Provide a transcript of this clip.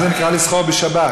מה זה נקרא "לסחור בשבת"?